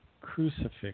crucifix